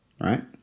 right